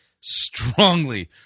strongly